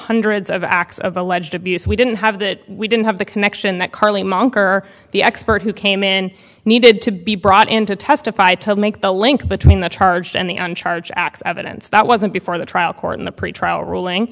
hundreds of acts of alleged abuse we didn't have that we didn't have the connection that carly mongerer the expert who came in needed to be brought in to testify to make the link between the charged and the on charge x evidence that wasn't before the trial court in the pretrial ruling